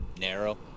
narrow